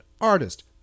artist